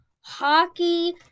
Hockey